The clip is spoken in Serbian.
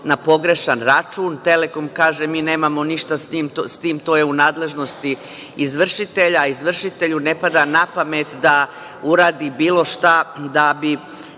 na pogrešan račun. „Telekom“ kaže – mi nemamo ništa s tim, to je u nadležnosti izvršitelja, a izvršitelju ne pada na pamet da uradi bilo šta da bi…